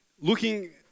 Looking